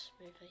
movie